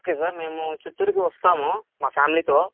okay sir మేము చిత్తూరుకి వస్తాము మా ఫ్యామిలీతో